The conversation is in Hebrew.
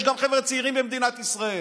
יש גם חבר'ה צעירים במדינת ישראל.